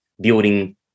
building